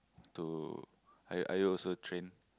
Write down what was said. to are you are you also trained to